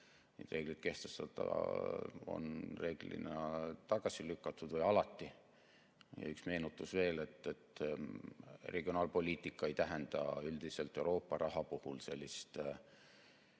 neid reegleid kehtestada on alati tagasi lükatud. Ja üks meenutus veel. Regionaalpoliitika ei tähenda üldiselt Euroopa raha puhul sellist